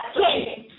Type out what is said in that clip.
Okay